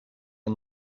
and